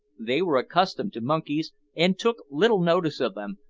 they were accustomed to monkeys, and took little notice of them,